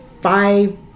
five